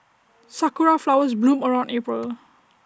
Sakura Flowers bloom around April